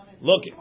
Look